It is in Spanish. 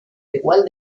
igual